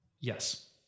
Yes